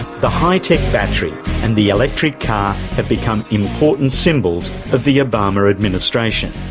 the high tech battery and the electric car have become important symbols of the obama administration.